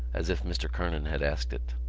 as if mr. kernan had asked it.